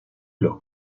los